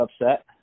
upset